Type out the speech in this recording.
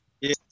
Yes